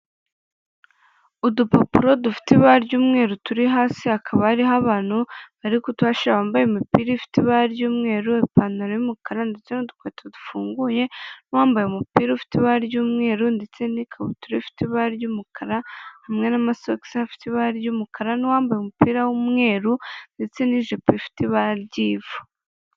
Udupapuro dufite ibara ry'umweru turi hasi, hakaba hariho abantu bari kutuhashira bambaye imupira ifite ibara ry'umweru ipantaro y'umukara, ndetse n'udukweto dufunguye, n'uwambaye umupira ufite ibara ry'umweru ndetse n'ikabutura ifite ibara ry'umukara, hamwe n'amasogisi afite ibara ry'umukara, n'uwambaye umupira w'umweru ndetse n'ijipo ifite ibara ry'ivu.